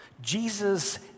Jesus